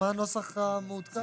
מה הנוסח המעודכן?